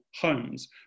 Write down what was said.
homes